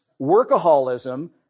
workaholism